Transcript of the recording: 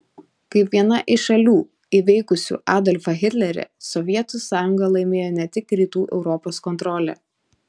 kaip viena iš šalių įveikusių adolfą hitlerį sovietų sąjunga laimėjo ne tik rytų europos kontrolę